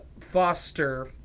Foster –